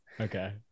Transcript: okay